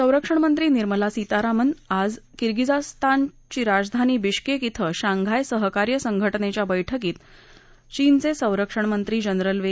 संरक्षण मंत्री निर्मला सीतारामन आज किर्गिजस्तानची राजधानी विश्कक्त क्षे शांघाय सहकार्य संघटनच्या वैठकीत चीनच संरक्षण मंत्री जनरल वे